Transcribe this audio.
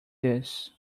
this